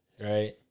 Right